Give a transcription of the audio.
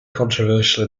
controversial